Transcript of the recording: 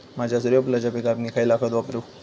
माझ्या सूर्यफुलाच्या पिकाक मी खयला खत वापरू?